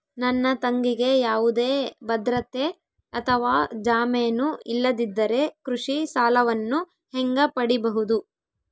ನನ್ನ ತಂಗಿಗೆ ಯಾವುದೇ ಭದ್ರತೆ ಅಥವಾ ಜಾಮೇನು ಇಲ್ಲದಿದ್ದರೆ ಕೃಷಿ ಸಾಲವನ್ನು ಹೆಂಗ ಪಡಿಬಹುದು?